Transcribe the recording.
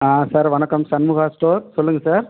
ஆ sir வணக்கம் Shanmuga store சொல்லுங்கள் sir